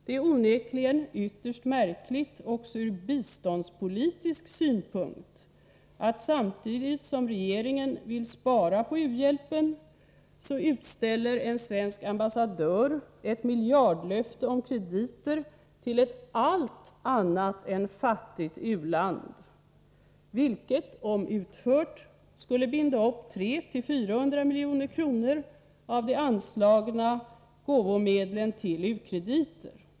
Det är onekligen ytterst märkligt också ur biståndspolitisk synpunkt att samtidigt som regeringen vill spara på u-hjälpen utställer en svensk ambassadör ett miljardlöfte om krediter till ett allt annat än fattigt u-land, vilket, om utfört, skulle binda upp 300 till 400 milj.kr. av de anslagna medlen till u-krediter.